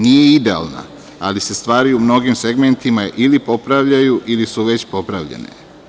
Nije idealna, ali se stvari u mnogim segmentima ili popravljaju ili su već popravljene.